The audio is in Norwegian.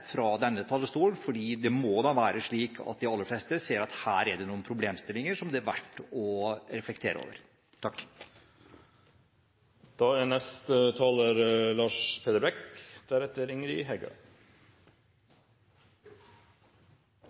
fra talerstolen, fordi det må da være slik at de aller fleste ser at det her er noen problemstillinger som det er verd å reflektere over. Representanten Frank Bakke-Jensen kom inn på prisutjevningsordningen for melk. La meg si det slik at i mine øyne, er